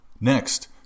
Next